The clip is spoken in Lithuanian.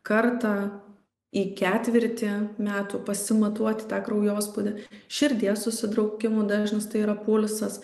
kartą į ketvirtį metų pasimatuoti tą kraujospūdį širdies susitraukimų dažnis tai yra pulsas